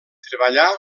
treballà